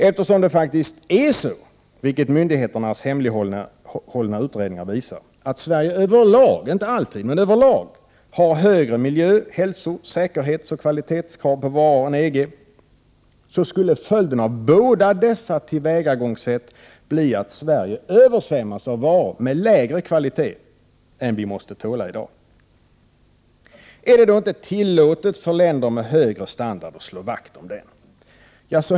Eftersom det faktiskt är så — vilket myndigheternas hemlighållna utredningar visar — att Sverige över lag, om också inte helt genomgående, har högre miljö-, hälso-, säkerhetsoch kvalitetskrav på varor än EG, så skulle följden av båda dessa tillvägagångssätt bli att Sverige översvämmas av varor med lägre kvalitet än vad vi måste tåla i dag. Är det då inte tillåtet för länder med högre standard att slå vakt om den?